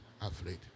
afraid